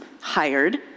hired